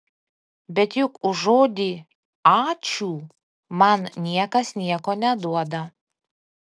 bet juk už žodį ačiū man niekas nieko neduoda